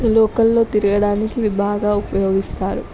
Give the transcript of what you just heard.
లోకల్లో తిరగడానికి ఇవి బాగా ఉపయోగిస్తారు